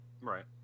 Right